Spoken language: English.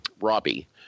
Robbie